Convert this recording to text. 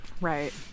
Right